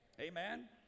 Amen